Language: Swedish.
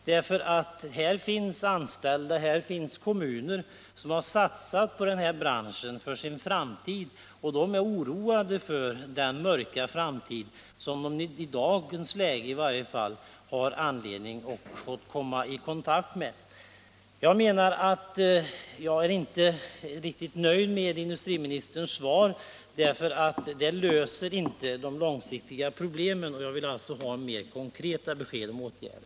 Det finns nämligen anställda och kommuner som har satsat på denna bransch för sin framtid, och de är oroade över de dystra utsikter som råder i dag. Jag är inte riktigt nöjd med industriministerns svar, därför att det löser inte de långsiktiga problemen. Jag efterlyser alltså mer konkreta besked om åtgärder.